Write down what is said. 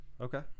Okay